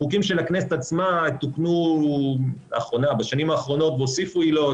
חוקים של הכנסת עצמה תוקנו בשנים האחרונות והוסיפו עילות